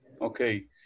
okay